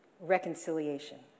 Reconciliation